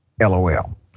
lol